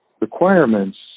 requirements